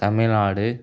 Tamil Nadu